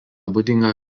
būdinga